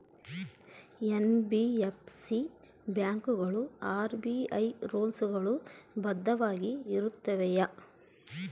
NBFC ಬ್ಯಾಂಕುಗಳು RBI rules ಗಳು ಬದ್ಧವಾಗಿ ಇರುತ್ತವೆಯ?